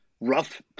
rough